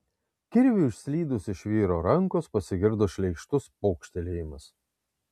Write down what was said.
kirviui išslydus iš vyro rankos pasigirdo šleikštus pokštelėjimas